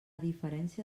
diferència